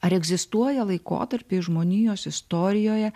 ar egzistuoja laikotarpiai žmonijos istorijoje